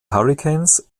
hurricanes